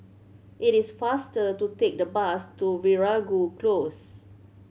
it is faster to take the bus to Veeragoo Close